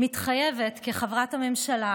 מתחייבת כחברת הממשלה